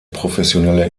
professionelle